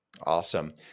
Awesome